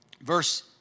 Verse